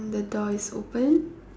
the door is open